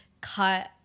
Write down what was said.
cut